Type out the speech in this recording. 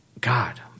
God—